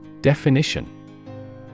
Definition